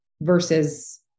Versus